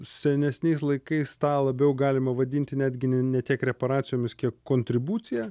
senesniais laikais tą labiau galima vadinti netgi ne ne tiek reparacijomis kiek kontribucija